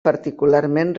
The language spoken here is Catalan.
particularment